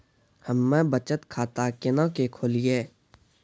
हम्मे बचत खाता केना के खोलियै?